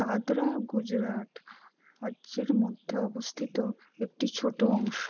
দাদরা গুজরাট রাজ্যের মধ্যে অবস্থিত একটি ছোট অংশ